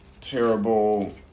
terrible